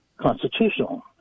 constitutional